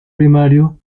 primario